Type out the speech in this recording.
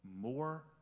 more